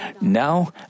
Now